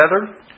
together